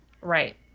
right